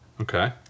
Okay